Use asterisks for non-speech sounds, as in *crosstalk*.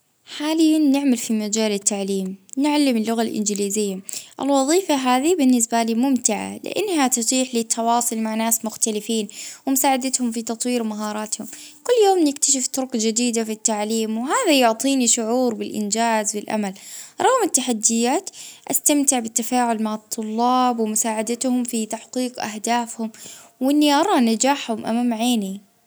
آ *hesitation* نخدم *hesitation* كطالبة في الطب، ورغم التعب والضغط نحس بالراحة *hesitation* كيف نعاون في الناس ونشوف تأثير في *hesitation* خدمتي كيف تحسن حياتهم.